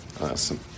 Awesome